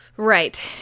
Right